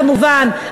כמובן,